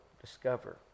discover